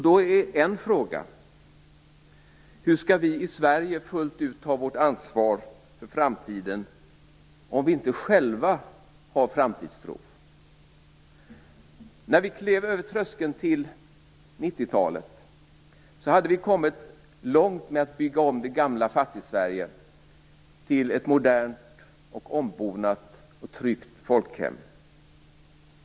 Då är en fråga: Hur skall vi i Sverige kunna ta vårt ansvar för framtiden fullt ut om vi inte själva har framtidstro? När vi klev över tröskeln till 90-talet hade vi kommit långt med att bygga om det gamla Fattigsverige till ett modernt, ombonat och tryggt folkhem.